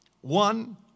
one